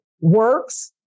works